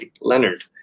Leonard